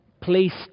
placed